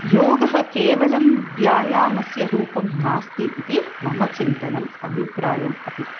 योगः केवलं व्यायामस्य रूपं नास्ति इति मम चिन्तनम् अभिप्रायम् अपि